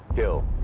kill,